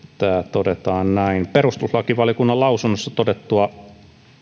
todetaan näin perustuslakivaliokunnan lausunnossa todettua